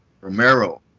Romero